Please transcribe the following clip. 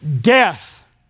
death